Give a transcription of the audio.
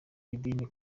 idini